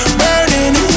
burning